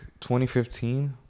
2015